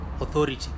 authority